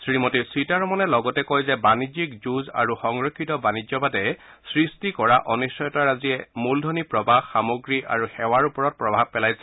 শ্ৰীমতী সীতাৰমণে লগতে কয় যে বাণিজ্যিক যুঁজ আৰু সংৰক্ষিত বাণিজ্যবাদে সৃষ্টি কৰা অনিশ্চয়তাৰাজিয়ে মূলধনী প্ৰৱাহ সামগ্ৰী আৰু সেৱাৰ ওপৰত প্ৰভাৱত পেলাইছে